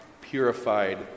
purified